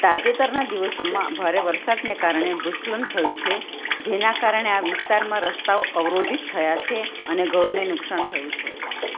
તાજેતરના દિવસોમાં ભારે વરસાદને કારણે ભૂસ્ખલન થયું છે જેના કારણે આ વિસ્તારમાં રસ્તાઓ અવરોધિત થયા છે અને ઘરોને નુકસાન થયું છે